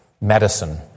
medicine